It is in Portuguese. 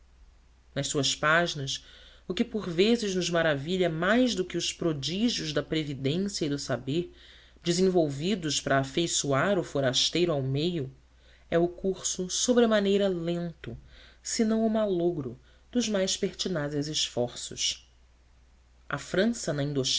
nas suas páginas o que por vezes nos maravilha mais do que os prodígios da previdência e do saber desenvolvidos para afeiçoar o forasteiro ao meio é o curso sobremaneira lento senão o malogro dos mais pertinazes esforços a frança na